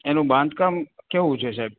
એનું બાંધકામ કેવું છે સાહેબ